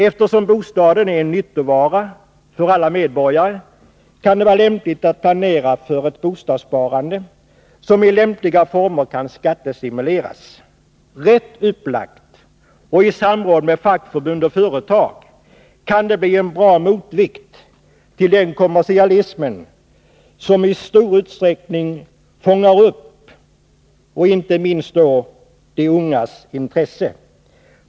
Eftersom bostaden är en nyttovara för alla medborgare, kan det vara lämpligt att planera för ett bostadssparande som i lämpliga former kan skattestimuleras. Rätt upplagt — och i samråd med fackförbund och företag — kan det bli en bra motvikt till den kommersialism som i stor utsträckning fångar inte minst de ungas intresse.